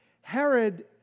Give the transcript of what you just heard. Herod